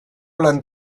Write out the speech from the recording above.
lan